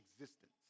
existence